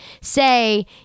say